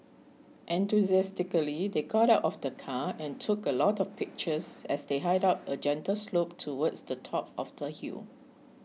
enthusiastically they got out of the car and took a lot of pictures as they hiked up a gentle slope towards the top of the hill